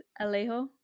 Alejo